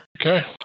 Okay